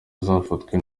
uzafatwa